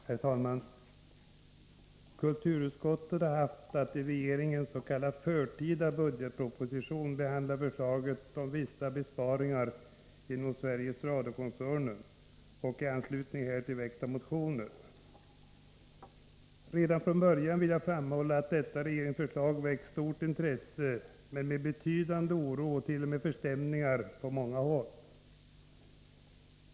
Herr talman! Kulturutskottet har haft att behandla förslaget i regeringens s.k. förtida budgetproposition om vissa besparingar inom Sveriges Radiokoncernen och i anslutning därtill väckta motioner. Redan från början vill jag framhålla att detta regeringens förslag väckt stort intresse — men i förening med betydande oro och t.o.m. förstämning på många håll.